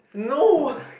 no